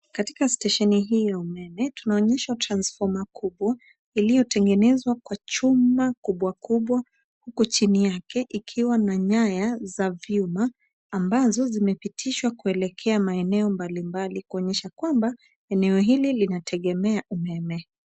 Katika stesheni hii ya umeme, tunaonyeshwa transfoma kubwa iliyotengenezwa kwa chuma kubwa kubwa huku chini yake kukiwa na nyaya za vyuma, ambazo zimepitishwa kuelekea maeneo mbalimbali kuonyesha kwamba eneo hili linategemea umeme.